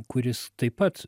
kuris taip pat